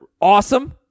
awesome